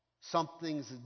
Something's